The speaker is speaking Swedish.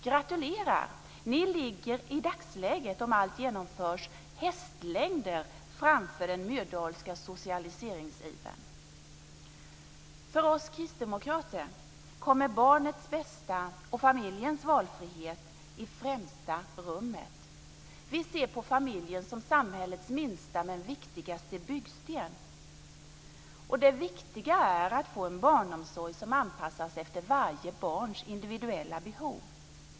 Gratulerar - ni ligger i dagsläget, om allt genomförs, hästlängder framför den Myrdalska socialiseringsivern. För oss kristdemokrater kommer barnets bästa och familjens valfrihet i främsta rummet. Vi ser på familjen som samhällets minsta men viktigaste byggsten. Det viktiga är att få en barnomsorg som anpassas efter varje barns individuella behov.